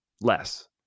less